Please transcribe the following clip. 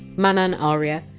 manan arya,